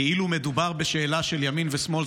כאילו מדובר בשאלה של ימין ושמאל,